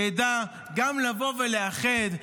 שידע גם לבוא ולאחד,